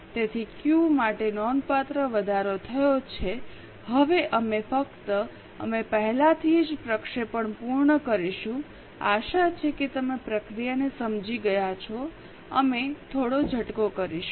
તેથી ક્યૂ માટે નોંધપાત્ર વધારો થયો છે હવે અમે ફક્ત અમે પહેલાથી જ પ્રક્ષેપણ પૂર્ણ કરીશું આશા છે કે તમે પ્રક્રિયાને સમજી ગયા છો અમે થોડો ઝટકો કરીશું